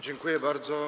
Dziękuję bardzo.